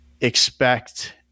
expect